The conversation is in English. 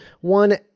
one